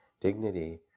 dignity